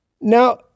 Now